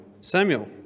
Samuel